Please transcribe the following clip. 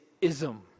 ism